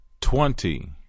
Twenty